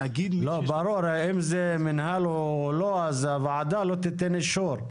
ברור, אם זה מנהל או לא, אז הוועדה לא תיתן אישור.